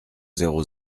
zéro